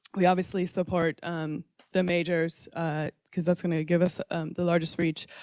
we obviously support the majors because that's when they give us the largest reach.